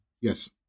Yes